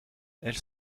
elles